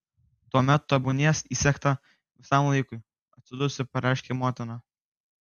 tuomet tebūnie įsegta visam laikui atsidususi pareiškia motina